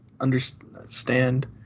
understand